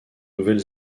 nouvelle